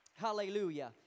Hallelujah